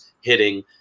hitting